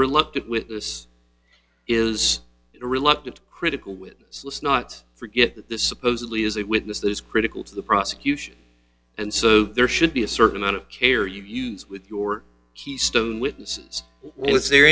reluctant witness is reluctant critical witness list not forget that the supposedly is a witness that is critical to the prosecution and so there should be a certain amount of care you use with your keystone witnesses was there